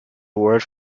award